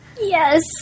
Yes